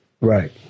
Right